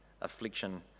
affliction